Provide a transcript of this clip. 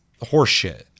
horseshit